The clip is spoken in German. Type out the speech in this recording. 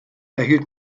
erhielt